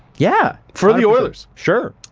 yeah. for the oilers? sure.